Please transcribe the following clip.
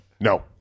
no